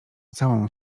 całą